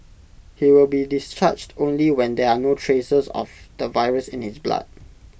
he will be discharged only when there are no traces of the virus in his blood